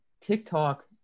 TikTok